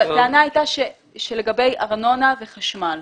הטענה הייתה לגבי ארנונה וחשמל.